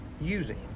using